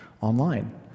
online